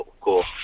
cool